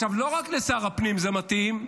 לא רק לשר הפנים זה מתאים,